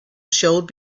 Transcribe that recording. showed